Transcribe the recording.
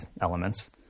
elements